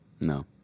No